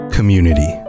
Community